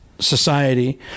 Society